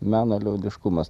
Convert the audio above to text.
meno liaudiškumas